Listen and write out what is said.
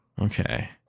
Okay